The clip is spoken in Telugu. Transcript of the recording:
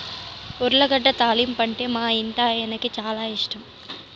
ఉర్లగడ్డ తాలింపంటే మా ఇంటాయనకి చాలా ఇష్టం